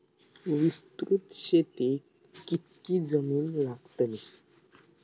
विस्तृत शेतीक कितकी जमीन लागतली?